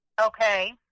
Okay